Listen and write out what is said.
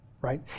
right